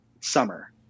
summer